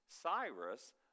Cyrus